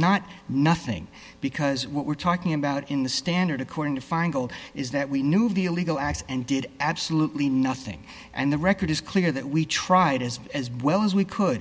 not nothing because what we're talking about in the standard according to find gold is that we knew of the illegal acts and did absolutely nothing and the record is clear that we tried as as well as we could